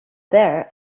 there